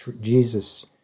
Jesus